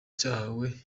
cyahawe